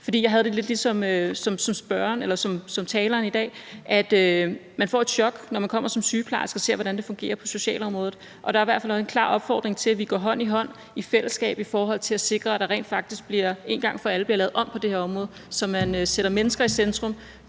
For jeg havde det lidt ligesom taleren i dag, at man får et chok, når man kommer som sygeplejerske og ser, hvordan det fungerer på socialområdet. Og der er i hvert fald en klar opfordring til, at vi går hånd i hånd, i fællesskab, i forhold til at sikre, at der rent faktisk en gang for alle bliver lavet om på det her område – så man sætter mennesker i centrum